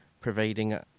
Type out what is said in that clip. providing